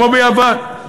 כמו ביוון.